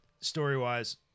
story-wise